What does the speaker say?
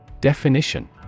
Definition